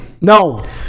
no